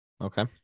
Okay